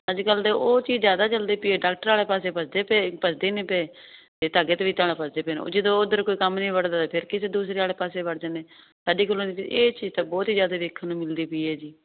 ਅੱਜ ਕੱਲ੍ਹ ਦੇ ਉਹ ਚੀਜ਼ ਜ਼ਿਆਦਾ ਚੱਲਦੀ ਪਈ ਹੈ ਡਾਕਟਰ ਵਾਲੇ ਪਾਸੇ ਭੱਜਦੇ ਪਏ ਭੱਜਦੇ ਨਹੀਂ ਪਏ ਅਤੇ ਧਾਗੇ ਤਵੀਤਾਂ ਵੱਲ ਭੱਜਦੇ ਪਏ ਨੇ ਜਦੋਂ ਉਧਰ ਕੋਈ ਕੰਮ ਨਹੀਂ ਬਣਦਾ ਫਿਰ ਕਿਸੇ ਦੂਸਰੇ ਵਾਲੇ ਪਾਸੇ ਵੜ ਜਾਂਦੇ ਸਾਡੀ ਕਲੋਨੀ ਵਿੱਚ ਇਹ ਚੀਜ਼ ਤਾਂ ਬਹੁਤ ਹੀ ਜ਼ਿਆਦਾ ਵੇਖਣ ਨੂੰ ਮਿਲਦੀ ਪਈ ਹੈ ਜੀ